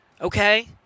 okay